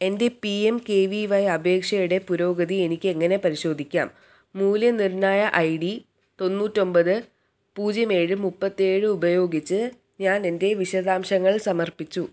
എൻ്റെ P M K V Y അപേക്ഷയുടെ പുരോഗതി എനിക്ക് എങ്ങനെ പരിശോധിക്കാം മൂല്യനിർണ്ണയ ഐ ഡി തൊണ്ണൂറ്റി ഒന്പത് പൂജ്യം ഏഴ് മൂപ്പത്തിയേഴ് ഉപയോഗിച്ച് ഞാൻ എൻ്റെ വിശദാംശങ്ങൾ സമർപ്പിച്ചു